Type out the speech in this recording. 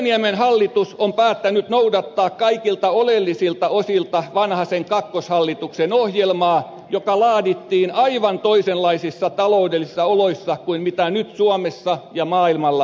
kiviniemen hallitus on päättänyt noudattaa kaikilta oleellisilta osilta vanhasen kakkoshallituksen ohjelmaa joka laadittiin aivan toisenlaisissa taloudellisissa oloissa kuin mitä nyt suomessa ja maailmalla vallitsee